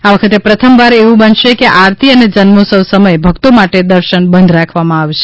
આ વખતે પ્રથમવાર એવું બનશે કે આરતી અને જન્મોત્સવ સમયે ભક્તો માટે દર્શન બંધ રાખવામાં આવશે